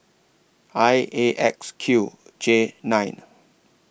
I A X Q J nine